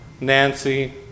Nancy